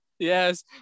Yes